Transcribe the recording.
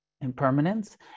impermanence